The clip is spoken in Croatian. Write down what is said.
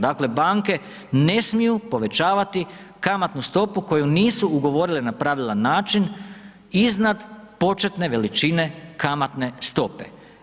Dakle, banke ne smiju povećavati kamatnu stopu koju nisu ugovorile na pravilan način iznad početne veličine kamatne stope.